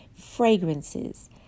Fragrances